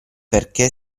perché